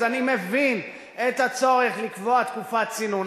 אז אני מבין את הצורך לקבוע תקופת צינון.